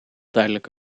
duidelijk